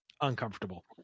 uncomfortable